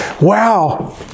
Wow